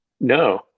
No